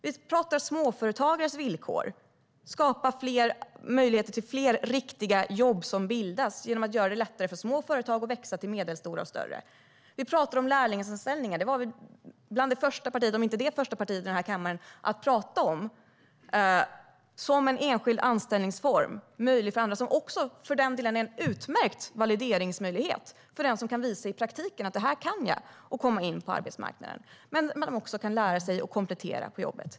Vi pratar småföretagares villkor, att skapa möjligheter till fler riktiga jobb genom att göra det lättare för små företag att växa till medelstora och större företag. Vi talar om lärlingsanställningar. Vi var ett av de första partierna, om inte det första partiet, i kammaren att prata om lärlingar som en enskild anställningsform. Det är en utmärkt valideringsmöjlighet för den som i praktiken vill visa vad man kan för att komma in på arbetsmarknaden. Man kan också lära sig och komplettera på jobbet.